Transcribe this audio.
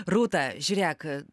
rūta žiūrėk